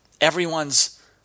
everyone's